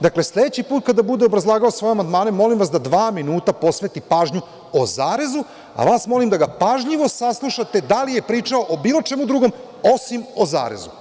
Dakle, sledeći put kada bude obrazlagao svoje amandmane, molim vas da dva puta posveti pažnju o zarezu, a vas molim da ga pažljivo saslušate da li je pričao o bilo čemu drugom osim o zarezu.